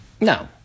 No